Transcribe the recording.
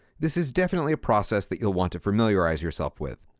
this is definitely a process that you'll want to familiarize yourself with.